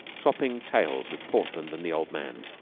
swap-ping tales with portland and the old man.